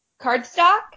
cardstock